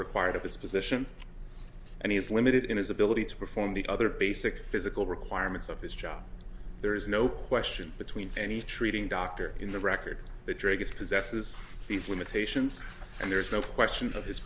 required at this position and he is limited in his ability to perform the other basic physical requirements of his job there is no question between any treating doctor in the record the druggist possesses these limitations and there is no question of his